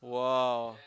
!wah!